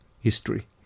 history